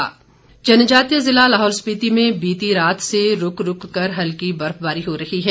मौसम जनजातीय ज़िला लाहौल स्पीति में बीती रात से रूक रूक कर हल्की बर्फबारी हो रही है